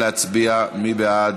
בעד,